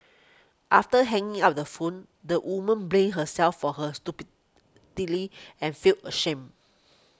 after hanging up the phone the woman blamed herself for her and felt ashamed